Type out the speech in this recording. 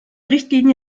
richtlinie